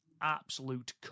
absolute